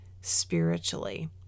spiritually